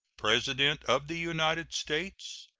president of the united states,